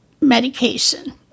medication